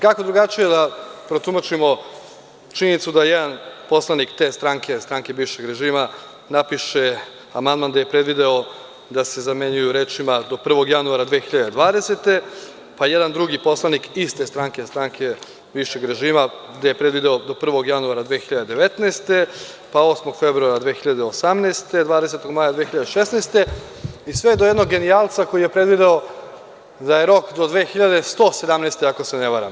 Kako drugačije da protumačimo činjenicu da jedan poslanik te stranke, stranke bivšeg režima, napiše amandman gde je predvideo da se zamenjuju rečima do 1. januara 2020, pa jedan drugi poslanik iste stranke, stranke bivšeg režima, gde je predvideo do 1. januara 2019, pa 8. februara 2018, 20. maja 2016, sve do jednog genijalca koji je predvideo da je rok do 20117. godine, ako se ne varam.